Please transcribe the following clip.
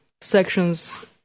sections